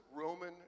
Roman